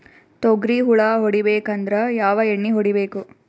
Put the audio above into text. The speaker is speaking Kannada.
ತೊಗ್ರಿ ಹುಳ ಹೊಡಿಬೇಕಂದ್ರ ಯಾವ್ ಎಣ್ಣಿ ಹೊಡಿಬೇಕು?